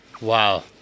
wow